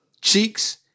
cheeks